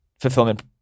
fulfillment